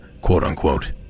quote-unquote